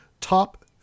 top